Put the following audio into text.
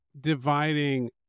dividing